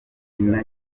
gituma